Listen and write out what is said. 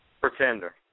Pretender